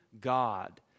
God